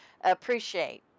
appreciate